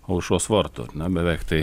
aušros vartų na beveik tai